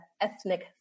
ethnic